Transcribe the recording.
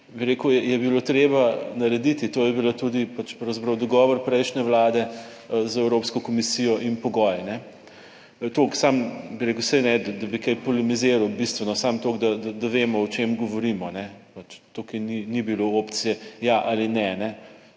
bi rekel, je bilo treba narediti, to je bilo tudi pač pravzaprav dogovor prejšnje vlade z Evropsko komisijo in pogoj. Toliko samo, bi rekel, saj ne, da bi kaj polemiziral, bistveno, samo toliko, da vemo o čem govorimo. Tukaj ni bilo opcije ja ali ne.